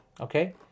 Okay